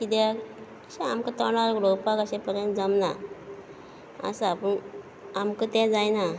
कित्याक अशें आमकां तोंडार उलोवपाक अशे तरेन जमना आसा पूण आमकां तें जायना